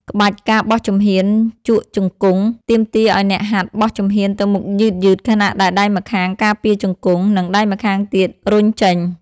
ក្បាច់ ការបោះជំហានជក់ជង្គង់ ទាមទារឱ្យអ្នកហាត់បោះជំហានទៅមុខយឺតៗ ខណៈដែលដៃម្ខាងការពារជង្គង់ និងដៃម្ខាងទៀតរុញចេញ។